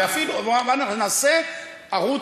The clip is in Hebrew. נעשה ערוץ,